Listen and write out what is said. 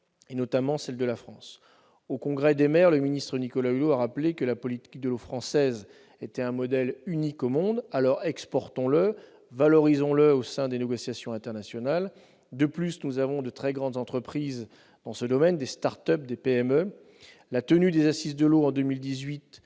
notamment celles de la France. Au congrès des maires, le ministre d'État Nicolas Hulot a rappelé que la politique de l'eau française était un modèle « unique au monde ». Aussi, exportons-la, valorisons-la au sein des négociations internationales ! De plus, nous avons de très belles entreprises dans ce secteur : des start-up, des PME, des grands groupes. La tenue des Assises de l'eau en 2018